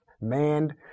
manned